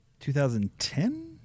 2010